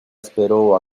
esperó